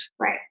Right